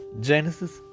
Genesis